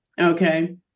Okay